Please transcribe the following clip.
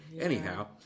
Anyhow